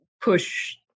push